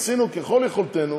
עשינו ככל יכולתנו.